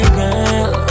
girl